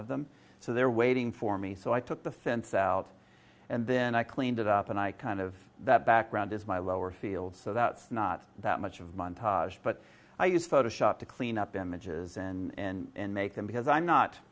of them so they're waiting for me so i took the fence out and then i cleaned it up and i kind of that background is my lower field so that's not that much of montage but i use photoshop to clean up images in macon because i'm not